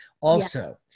Also-